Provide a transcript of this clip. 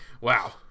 Wow